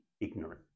ignorant